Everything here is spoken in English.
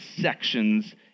sections